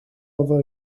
oedd